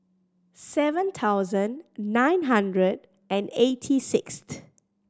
seven thousand nine hundred and eighty sixth